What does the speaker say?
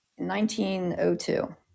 1902